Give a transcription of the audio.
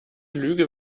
lüge